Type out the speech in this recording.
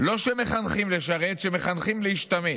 שלא מחנכים לשרת, הם מחנכים להשתמט.